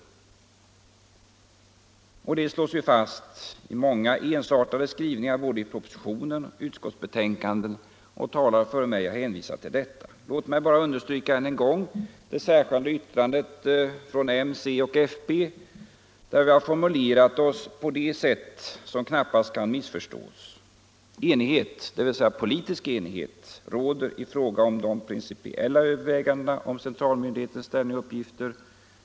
Detta slås ju fast i många ensartade beskrivningar i både propositionen och utskottsbetänkandet, och talare före mig har hänvisat till det. Låt mig bara understryka det särskilda yttrandet från m, c och fp, där vi har formulerat OSS på ett sätt som knappast kan missförstås. Vi säger att ”enighet” — dvs. politisk enighet -”råder i fråga om de principiella övervägandena om centralmyndighetens ställning och uppgifter.